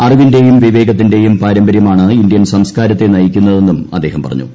അറിവിന്റെയും വിവേകത്തിന്റെയും പാരമ്പര്യമാണ് ഇന്ത്യൻ സംസ്കാരത്തെ നയിക്കുന്നതെന്നും അദ്ദേഹം പറഞ്ഞു